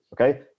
Okay